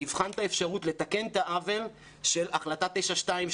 יבחן את האפשרות לתקן את העוול של החלטה 922,